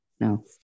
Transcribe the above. no